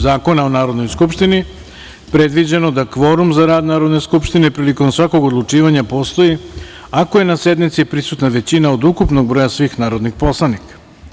Zakona o Narodnoj skupštini predviđeno da kvorum za rad Narodne skupštine prilikom svakog odlučivanja postoji ako je na sednici prisutna većina od ukupnog broja svih narodnih poslanika.